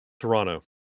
Toronto